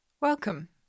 Welcome